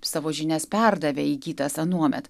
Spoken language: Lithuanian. savo žinias perdavė įgytas anuomet